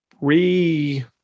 re